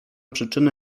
przyczyny